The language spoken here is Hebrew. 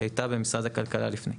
היא הייתה במשרד הכלכלה לפני.